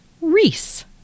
Reese